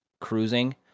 cruising